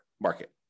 market